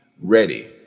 ready